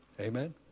Amen